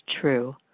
true